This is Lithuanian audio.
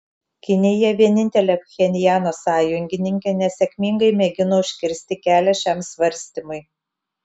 kinija vienintelė pchenjano sąjungininkė nesėkmingai mėgino užkirsti kelią šiam svarstymui